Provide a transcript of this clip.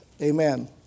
Amen